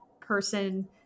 person